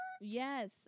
Yes